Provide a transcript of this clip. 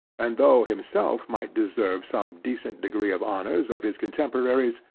and though himself might deserve some decent degree of honors of his cotemporaries,